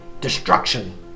destruction